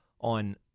on